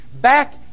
back